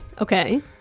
Okay